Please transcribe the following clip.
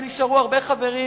שנשארו הרבה חברים,